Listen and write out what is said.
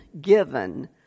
given